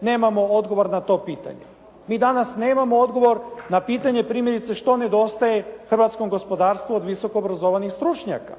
nemamo odgovor na to pitanje. Mi danas nemamo odgovor na pitanje primjerice što nedostaje hrvatskom gospodarstvu od visokoobrazovanih stručnjaka?